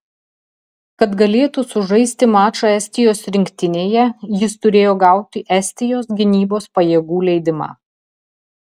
kad galėtų sužaisti mačą estijos rinktinėje jis turėjo gauti estijos gynybos pajėgų leidimą